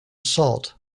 salt